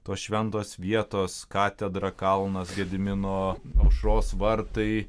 tos šventos vietos katedra kalnas gedimino aušros vartai